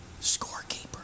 scorekeeper